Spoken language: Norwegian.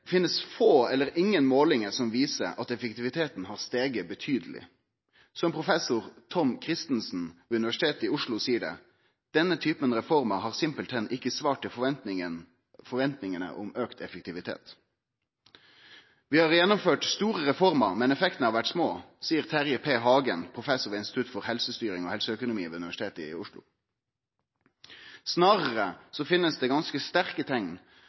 få eller ingen målingar som viser at effektiviteten har stige betydeleg. Som professor Tom Christensen ved Universitetet i Oslo seier det: «Denne typen reformer har simpelthen ikke svart til forventningene om økt effektivitet.» Terje P. Hagen, professor ved Institutt for helsestyring og helseøkonomi ved Universitetet i Oslo, seier at «vi har gjennomført store reformer og at effektene har vært små». Snarare så finst det ganske sterke